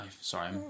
Sorry